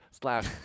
slash